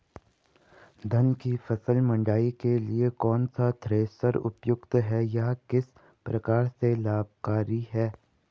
धान की फसल मड़ाई के लिए कौन सा थ्रेशर उपयुक्त है यह किस प्रकार से लाभकारी है?